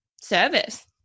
service